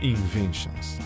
Inventions